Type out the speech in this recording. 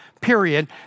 period